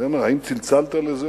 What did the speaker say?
הוא היה אומר: האם צלצלת לזה?